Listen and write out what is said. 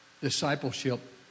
discipleship